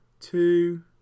Two